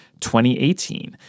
2018